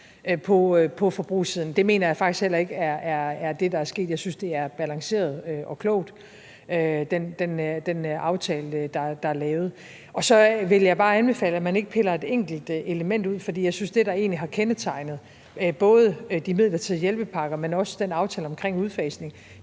på forbrugssiden. Det mener jeg faktisk heller ikke er det, der er sket. Jeg synes, at den aftale, der har lavet, er balanceret og klog. Så vil jeg bare anbefale, at man ikke piller et enkelt element ud, for jeg synes, at det, der egentlig har kendetegnet både de midlertidige hjælpepakker, men også den aftale omkring udfasningen,